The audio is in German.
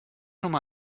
einmal